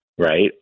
Right